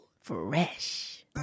Fresh